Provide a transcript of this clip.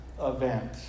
event